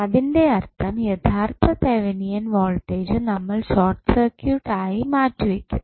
അതിൻറെ അർത്ഥം യഥാർത്ഥ തെവനിയൻ വോൾടേജ് നമ്മൾ ഷോർട്ട് സർക്യൂട്ട് ആയിട്ട് മാറ്റിവയ്ക്കും